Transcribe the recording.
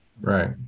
Right